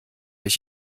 ich